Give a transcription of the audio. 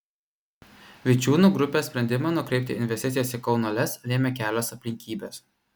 vičiūnų grupės sprendimą nukreipti investicijas į kauno lez lėmė kelios aplinkybės